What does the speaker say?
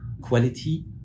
quality